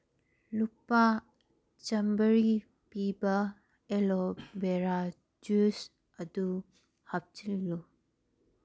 ꯂꯨꯄꯥ ꯆꯥꯝꯃꯔꯤ ꯄꯤꯕ ꯑꯦꯂꯣ ꯚꯦꯔꯥ ꯖꯨꯏꯁ ꯑꯗꯨ ꯍꯥꯞꯆꯤꯜꯂꯨ